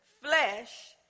flesh